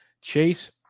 Chase